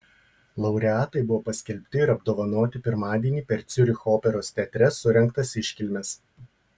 laureatai buvo paskelbti ir apdovanoti pirmadienį per ciuricho operos teatre surengtas iškilmes